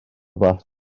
fath